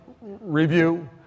review